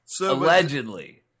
Allegedly